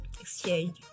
Exchange